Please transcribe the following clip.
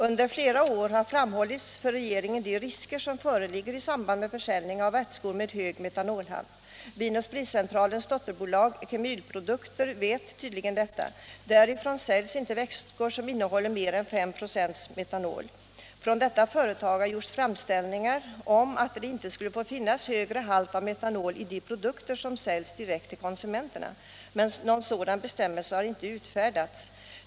Under flera år har framhållits för regeringen de risker som föreligger i samband med försäljning av vätskor med hög metanolhalt. Vin & Spritcentralens dotterbolag Kemetylprodukter vet tydligen om detta. Därifrån säljs inte vätskor som innehåller mer än 5 96 metanol. Från detta företag har gjorts framställningar om att det inte skulle få finnas högre halt av metanol i de produkter som säljs direkt till konsumenterna. Men någon sådan bestämmelse har inte utfärdats.